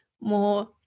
more